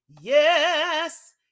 yes